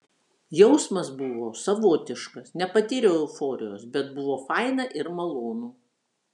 jausmas buvo savotiškas nepatyriau euforijos bet buvo faina ir malonu